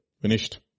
finished